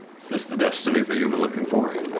this the destiny that you've been looking for?